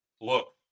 look